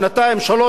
מה הפתרון?